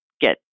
get